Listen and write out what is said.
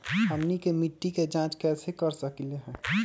हमनी के मिट्टी के जाँच कैसे कर सकीले है?